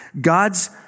God's